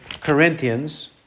Corinthians